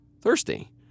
thirsty